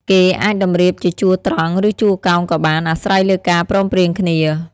គេអាចតម្រៀបជាជួរត្រង់ ឬជួរកោងក៏បាន អាស្រ័យលើការព្រមព្រៀងគ្នា ។